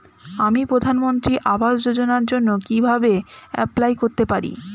আমি প্রধানমন্ত্রী আবাস যোজনার জন্য কিভাবে এপ্লাই করতে পারি?